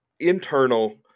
internal